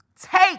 Take